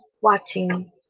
watching